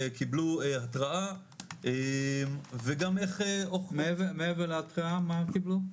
קיבלו התראה וגם איך --- מעבר להתראה מה עוד קיבלו?